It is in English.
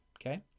Okay